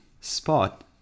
spot